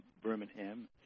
Birmingham